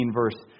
verse